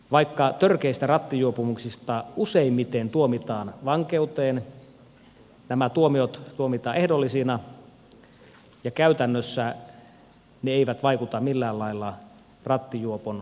vaikka törkeistä rattijuopumuksista useimmiten tuomitaan vankeuteen nämä tuomiot tuomitaan ehdollisina ja käytännössä ne eivät vaikuta millään lailla rattijuopon normaalielämään